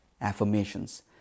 Affirmations